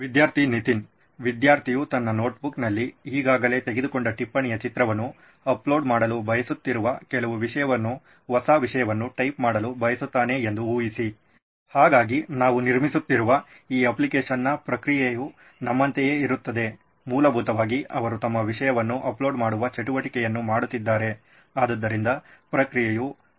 ವಿದ್ಯಾರ್ಥಿ ನಿತಿನ್ ವಿದ್ಯಾರ್ಥಿಯು ತನ್ನ ನೋಟ್ಬುಕ್ನಲ್ಲಿ ಈಗಾಗಲೇ ತೆಗೆದುಕೊಂಡ ಟಿಪ್ಪಣಿಯ ಚಿತ್ರವನ್ನು ಅಪ್ಲೋಡ್ ಮಾಡಲು ಬಯಸುತ್ತಿರುವ ಕೆಲವು ವಿಷಯವನ್ನು ಹೊಸ ವಿಷಯವನ್ನು ಟೈಪ್ ಮಾಡಲು ಬಯಸುತ್ತಾನೆ ಎಂದು ಊಹಿಸಿ ಹಾಗಾಗಿ ನಾವು ನಿರ್ಮಿಸುತ್ತಿರುವ ಈ ಅಪ್ಲಿಕೇಶನ್ನಲ್ಲಿನ ಪ್ರಕ್ರಿಯೆಯು ನಮ್ಮಂತೆಯೇ ಇರುತ್ತದೆ ಮೂಲಭೂತವಾಗಿ ಅವರು ತಮ್ಮ ವಿಷಯವನ್ನು ಅಪ್ಲೋಡ್ ಮಾಡುವ ಚಟುವಟಿಕೆಯನ್ನು ಮಾಡುತ್ತಿದ್ದಾರೆ ಆದ್ದರಿಂದ ಪ್ರಕ್ರಿಯೆಯು ಒಂದೇ ಆಗಿರುತ್ತದೆ